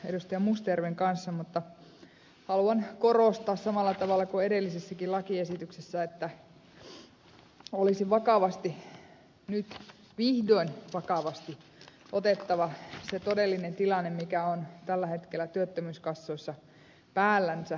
mustajärven kanssa mutta haluan korostaa samalla tavalla kuin edellisessäkin lakiesityksessä että olisi vakavasti nyt vihdoin vakavasti otettava huomioon se todellinen tilanne mikä on tällä hetkellä työttömyyskassoissa päällänsä